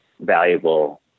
valuable